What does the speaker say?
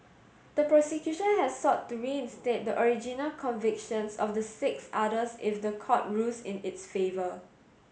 the prosecution had sought to reinstate the original convictions of the six others if the court rules in its favour